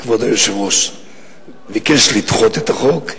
כבוד היושב-ראש ביקש לדחות את החוק,